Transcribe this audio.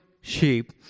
sheep